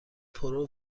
پرو